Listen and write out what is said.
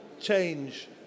change